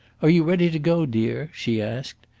are you ready to go, dear? she asked,